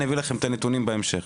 אני אביא לכם את הנתונים בהמשך.